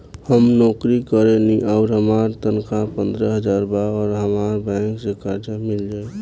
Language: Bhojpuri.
हम नौकरी करेनी आउर हमार तनख़ाह पंद्रह हज़ार बा और हमरा बैंक से कर्जा मिल जायी?